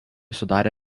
sudarė